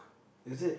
is it